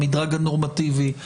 המדרג הנורמטיבי,